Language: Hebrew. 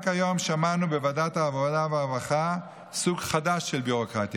רק היום שמענו בוועדת העבודה והרווחה סוג חדש של ביורוקרטיה,